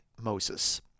moses